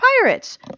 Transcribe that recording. Pirates